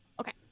Okay